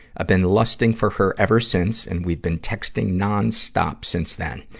been lusting for her ever since, and we've been texting nonstop since then.